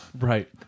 right